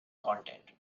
content